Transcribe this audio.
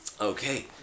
Okay